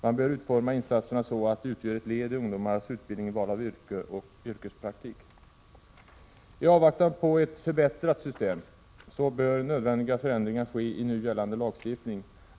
Man bör utforma insatserna så att de utgör ett led i ungdomarnas utbildning, val av yrke och yrkespraktik. I avvaktan på ett förbättrat system bör nödvändiga förändringar ske i nu gällande lagstiftning.